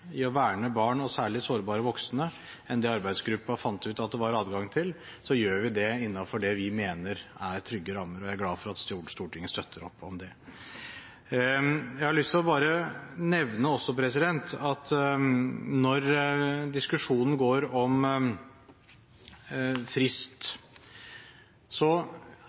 i å verne barn og særlig sårbare voksne enn det arbeidsgruppen fant ut at det var adgang til, gjør vi det innenfor det vi mener er trygge rammer, og jeg er glad for at Stortinget støtter opp om det. Jeg har bare lyst til også å nevne, når diskusjonen går om frist,